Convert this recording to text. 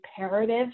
imperative